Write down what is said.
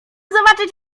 zobaczyć